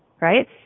right